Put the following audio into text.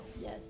Yes